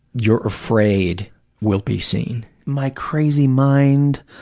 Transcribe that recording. you're afraid will be seen? my crazy mind.